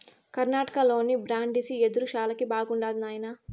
కర్ణాటకలోని బ్రాండిసి యెదురు శాలకి బాగుండాది నాయనా